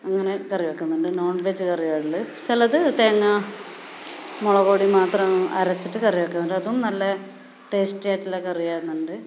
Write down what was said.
അങ്ങനെ കറി വെക്കുന്നുണ്ട് നോൺ വെജ് കറികളിൽ ചിലത് തേങ്ങ മുളക് പൊടി മാത്രം അരച്ചിട്ട് കറി വെക്കാറുണ്ട് അതും നല്ല ടേസ്റ്റായിട്ടുള്ള കറിയാകുന്നുണ്ട്